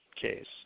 case